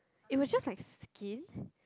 it was just like skin